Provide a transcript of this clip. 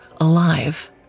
alive